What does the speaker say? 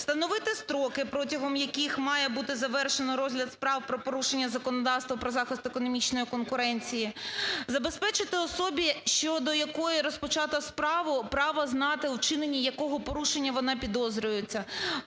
встановити строки, протягом яких має бути завершено розгляд справ про порушення законодавства про захист економічної конкуренції; забезпечити особі, щодо якої розпочата справа, право знати, у вчиненні якого порушення вона підозрюється;